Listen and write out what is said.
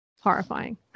horrifying